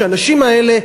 שהאנשים האלה,